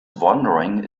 wondering